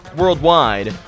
worldwide